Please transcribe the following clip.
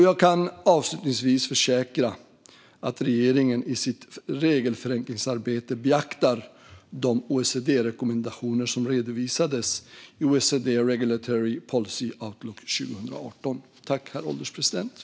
Jag kan avslutningsvis försäkra att regeringen i sitt regelförenklingsarbete beaktar de OECD-rekommendationer som redovisades i OECD-rapporten Regulatory Policy Outlook 2018 .